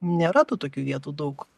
nėra tų tokių vietų daug